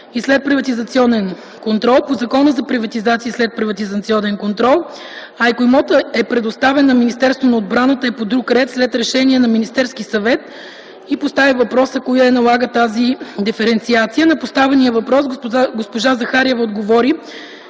и следприватизационен контрол по Закона за приватизация и следприватизационен контрол, а ако имотът е предоставен на Министерството на отбраната е по друг ред – след решение на Министерски съвет, и постави въпроса кое налага тази диференциация. На поставения въпрос госпожа Захариева отговори,